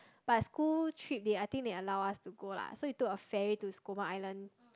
but school trip they I think they allow us to go lah so we took a ferry to Skomer Island